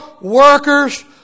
workers